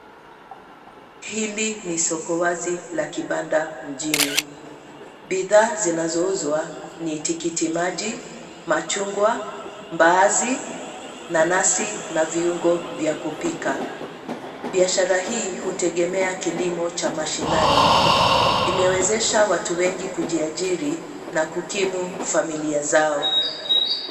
Hili ni soko wazi la kibanda mjini , bidhaa zinazouzwa ni tikiti maji , machungwa , mbaazi , nanasi na viungo vya kupika. Biashara hii hutegemea kilimo cha mashinani, imewezesha watu wengi kujiajiri na kukimu familia zao.